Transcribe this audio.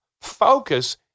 focus